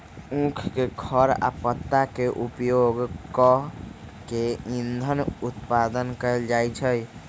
उख के खर आ पत्ता के उपयोग कऽ के इन्धन उत्पादन कएल जाइ छै